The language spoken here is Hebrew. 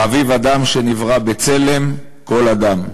חביב אדם שנברא בצלם, כל אדם,